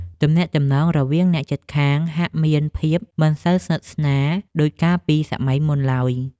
ទំនាក់ទំនងរវាងអ្នកជិតខាងហាក់មានភាពមិនសូវស្និទ្ធស្នាលដូចកាលពីសម័យមុនឡើយ។